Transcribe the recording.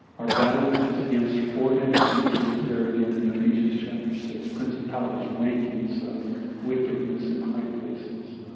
our battle is against four entities listed there again in ephesians, chapter six, principalities, rankings of wickedness in high places.